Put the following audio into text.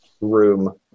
room